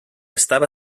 estava